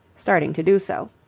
starting to do so.